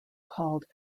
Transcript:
called